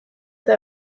eta